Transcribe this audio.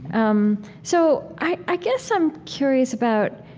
um, so, i guess i'm curious about,